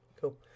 cool